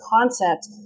concept